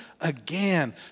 again